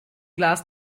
glas